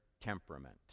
temperament